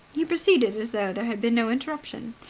he proceeded as though there had been no interruption.